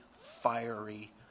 fiery